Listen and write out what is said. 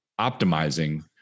optimizing